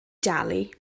dalu